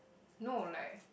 no like